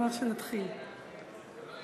אני ממשיכה להסתייגות רביעית בסעיף 1, שהיא על